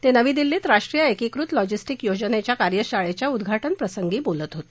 ते नवी दिल्लीत राष्ट्रीय एकीकृत्र लॉजिस्टिक्स योजनेच्या कार्यशाळेत उद्घाटन प्रसंगी बोलत होते